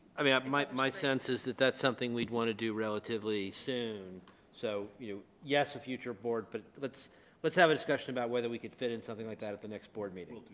i mean but my my sense is that that's something we'd want to do relatively soon so you yes a future board but let's let's have a discussion about whether we could fit in something like that at the next board meeting